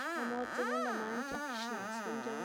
xka mod dzekna lëꞌ man c̲h̲ak xnaꞌs guꞌn c̲h̲ow.